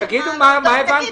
אז תגידו מה הבנתם.